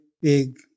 big